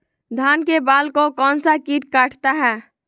धान के बाल को कौन सा किट काटता है?